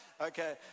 Okay